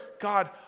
God